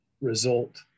result